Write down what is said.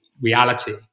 reality